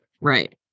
right